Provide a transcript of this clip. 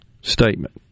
statement